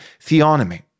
theonomy